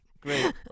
great